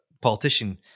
politician